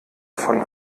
von